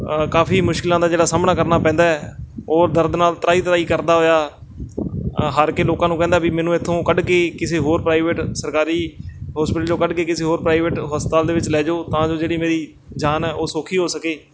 ਕਾਫ਼ੀ ਮੁਸ਼ਕਿਲਾਂ ਦਾ ਜਿਹੜਾ ਸਾਹਮਣਾ ਕਰਨਾ ਪੈਂਦਾ ਹੈ ਔਰ ਦਰਦ ਨਾਲ ਤਰਾਹੀ ਤਰਾਹੀ ਕਰਦਾ ਹੋਇਆ ਹਾਰ ਕੇ ਲੋਕਾਂ ਨੂੰ ਕਹਿੰਦਾ ਵੀ ਮੈਨੂੰ ਇੱਥੋਂ ਕੱਢ ਕੇ ਕਿਸੇ ਹੋਰ ਪ੍ਰਾਈਵੇਟ ਸਰਕਾਰੀ ਹੋਸਪਿਟਲ 'ਚੋਂ ਕੱਢ ਕੇ ਕਿਸੇ ਹੋਰ ਪ੍ਰਾਈਵੇਟ ਹਸਪਤਾਲ ਦੇ ਵਿੱਚ ਲੈ ਜਾਓ ਤਾਂ ਜੋ ਜਿਹੜੀ ਮੇਰੀ ਜਾਨ ਹੈ ਉਹ ਸੌਖੀ ਹੋ ਸਕੇ